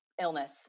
illness